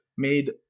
made